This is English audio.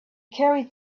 carried